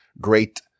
great